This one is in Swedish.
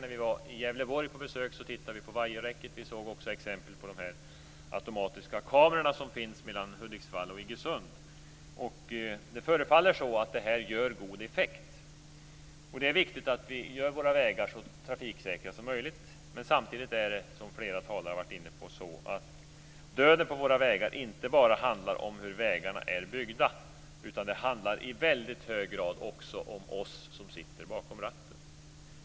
När vi var på besök i Gävleborg tittade vi på vajerräcket, och vi såg även exempel på de automatiska kameror som finns mellan Hudiksvall och Iggesund. Det förefaller som om detta har god effekt. Det är viktigt att vi gör våra vägar så trafiksäkra som möjligt. Samtidigt är det så, som flera talare har varit inne på, att döden på våra vägar inte enbart handlar om hur vägarna är byggda, utan det handlar i väldigt hög grad också om oss som sitter bakom ratten.